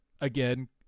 again